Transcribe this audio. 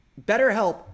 BetterHelp